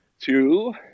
two